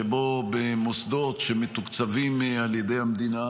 שבו במוסדות שמתוקצבים על ידי המדינה